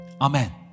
Amen